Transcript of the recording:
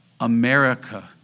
America